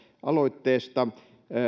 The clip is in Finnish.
aloitteesta